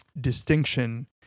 distinction